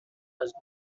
ازم